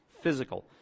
physical